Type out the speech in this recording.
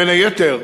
בין היתר,